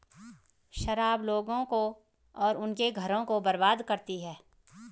शराब लोगों को और उनके घरों को बर्बाद करती है